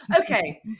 Okay